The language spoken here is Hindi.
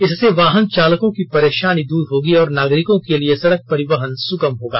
इससे वाहन चालकों की परेशानी दूर होगी और नागरिकों के लिए सडक परिवहन सुगम होगा